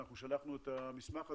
שלחנו את המסמך הזה,